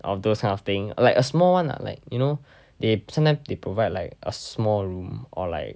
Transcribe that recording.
of those kind of thing like a small one lah like you know they sometime they provide like a small room or like